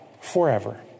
forever